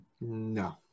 No